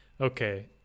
okay